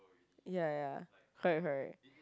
ya ya correct correct